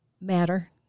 matter